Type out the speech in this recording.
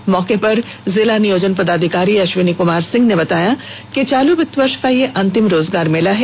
इस मौके पर जिला नियोजन पदाधिकारी अध्विनी कुमार सिंह ने बताया कि चालू वित्तीय वर्ष का यह अंतिम रोजगार मेला है